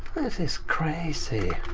this is crazy.